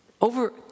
over